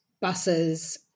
buses